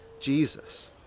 Jesus